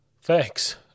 thanks